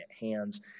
hands